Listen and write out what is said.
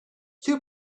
two